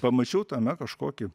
pamačiau tame kažkokį